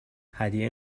هدیه